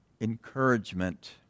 encouragement